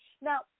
now